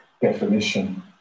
definition